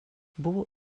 buvo